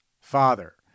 father